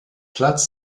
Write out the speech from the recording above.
platz